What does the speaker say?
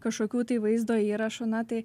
kažkokių tai vaizdo įrašų na tai